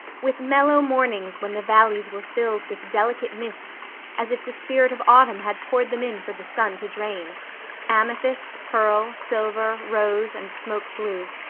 with mellow mornings when the valleys were filled with delicate mists as if the spirit of autumn had poured them in for the sun to drain amethyst, pearl, silver, rose, and smoke-blue.